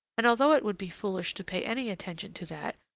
and although it would be foolish to pay any attention to that,